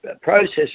processes